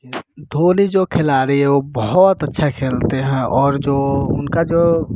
धोनी जो खिलाड़ी है वो बहुत अच्छा खेलते हैं और जो उनका जो